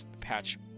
patch